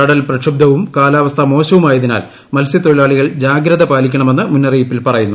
കടൽ പ്രക്ഷുബ്സവും കാലാവസ്ഥ മോശവുമായതിനാൽ മത്സൃതൊഴിലാളികൾ ജാഗ്രത പാലിക്കണമെന്ന് മുന്നറിയിപ്പിൽ പറയുന്നു